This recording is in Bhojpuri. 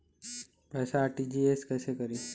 पैसा आर.टी.जी.एस कैसे करी?